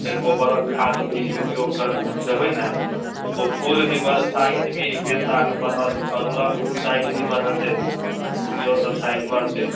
गोबरक खाद भी उपयोग कय देबय ने ओ फूल भी ओकर साइज भी गेन्दाके बढ़त अड़हूलक साइज भी बढ़तै ओहो सब साइज बढ़तै